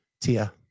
Tia